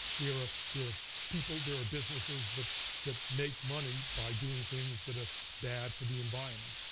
there are there are people, there are businesses that that make money by doing things that are bad for the environment,